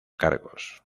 cargos